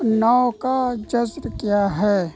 نو کا جذر کیا ہے